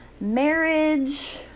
marriage